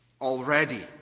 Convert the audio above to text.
already